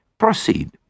Proceed